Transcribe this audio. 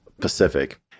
Pacific